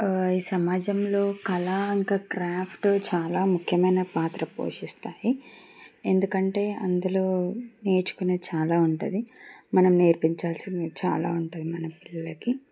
ఈ సమాజంలో కళ ఇంకా క్రాఫ్ట్ చాలా ముఖ్యమైన పాత్ర పోషిస్తాయి ఎందుకంటే అందులో నేర్చుకునేది చాలా ఉంటుంది మనం నేర్పించాల్సినవి చాలా ఉంటాయి మన పిల్లలకి